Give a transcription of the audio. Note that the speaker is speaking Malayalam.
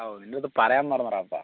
ഓ നിന്റെ അടുത്ത് പറയാൻ മാറന്നെടാ